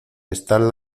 están